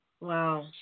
Wow